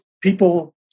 people